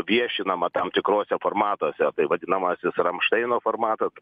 viešinama tam tikruose formatuose tai vadinamasis ramšteino formatas